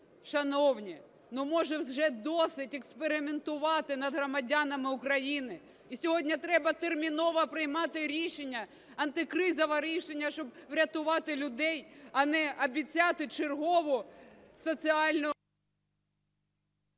Шановні, ну, може, вже досить експериментувати над громадянами України. І сьогодні треба терміново приймати рішення, антикризове рішення, щоб врятувати людей, а не обіцяти чергову соціальну...